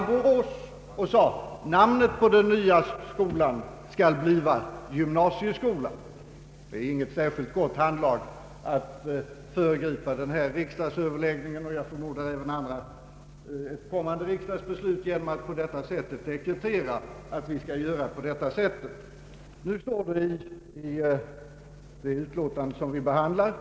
I det utlåtande vi behandlar står det att det är önskvärt att namnproblemet snarast bringas till en lösning. Eftersom utbildningsministern nu är här vill jag ställa den direkta frågan: När kan vi i riksdagen räkna med att få hjälpa till med att få denna i och för sig inte särskilt betydelsefulla diskussion ur världen? Det är angeläget att påminna om att riksdagen en gång har tagit ställning och nu gör det igen.